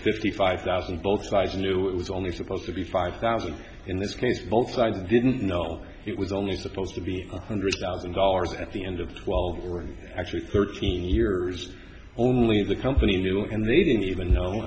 fifty five thousand both sides knew it was only supposed to be five thousand in this case both sides didn't know it was only supposed to be one hundred thousand dollars at the end of twelve or actually thirteen years only the company knew it and they didn't even know